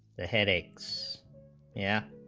the headaches yeah